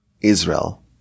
Israel